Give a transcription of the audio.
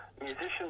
Musicians